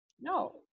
no